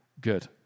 good